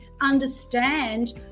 understand